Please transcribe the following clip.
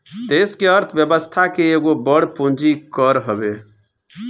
देस के अर्थ व्यवस्था के एगो बड़ पूंजी कर हवे